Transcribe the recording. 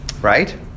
Right